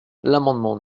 l’amendement